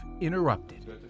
Interrupted